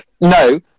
no